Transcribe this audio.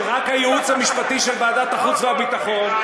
שרק הייעוץ המשפטי של ועדת החוץ והביטחון,